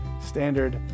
Standard